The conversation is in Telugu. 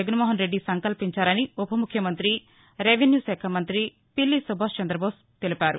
జగన్మోహన్ రెడ్డి సంకల్పించారని ఉప ముఖ్యమంత్రి రెవెన్యూ శాఖ మంత్రి పిల్లి సుభాష్ చంద్రబోస్ తెలిపారు